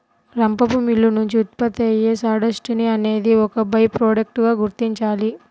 రంపపు మిల్లు నుంచి ఉత్పత్తి అయ్యే సాడస్ట్ ని అనేది ఒక బై ప్రొడక్ట్ గా గుర్తించాలి